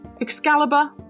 Excalibur